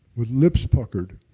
with lips puckered.